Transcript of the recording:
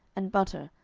and butter,